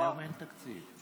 היום אין תקציב.